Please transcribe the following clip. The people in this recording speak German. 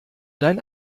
dein